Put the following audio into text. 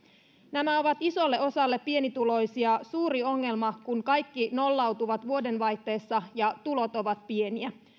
nämä ovat isolle osalle pienituloisia suuri ongelma kun kaikki nollautuvat vuodenvaihteessa ja tulot ovat pieniä